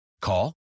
call